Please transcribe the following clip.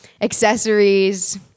accessories